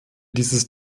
dieses